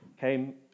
came